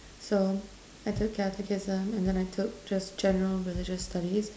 so I took catechism and then I took just general religious studies